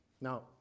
Now